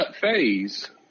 phase